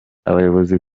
abayobozi